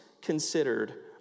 considered